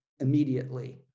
immediately